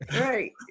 Right